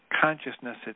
Consciousness